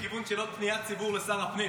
הייתי בכיוון של עוד פניית ציבור לשר הפנים,